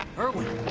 irwin,